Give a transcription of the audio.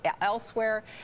elsewhere